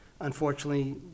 unfortunately